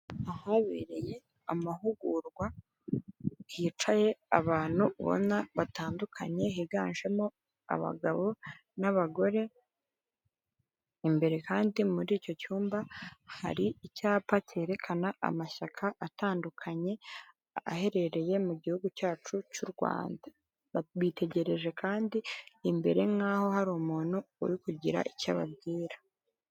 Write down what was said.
Ahabereye amahugurwa, hicaye abantu ubona batandukanye higanjemo abagabo n'abagore imbere kandi muri icyo cyumba hari icyapa cyerekana amashyaka atandukanye aherereye mu gihugu cyacu cy'u Rwanda. Bitegereje kandi imbere nk'aho hari umuntu uri kugira icyo ababwira.